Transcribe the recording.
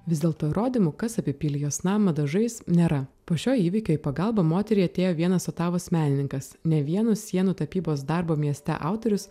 vis dėlto įrodymų kas apipylė jos namą dažais nėra po šio įvykio į pagalbą moteriai atėjo vienas otavos menininkas ne vieno sienų tapybos darbo mieste autorius